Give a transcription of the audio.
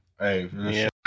Hey